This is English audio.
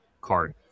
card